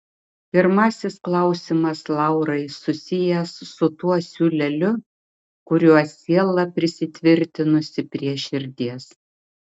pirmasis klausimas laurai susijęs su tuo siūleliu kuriuo siela prisitvirtinusi prie širdies